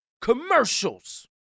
commercials